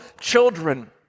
children